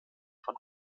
von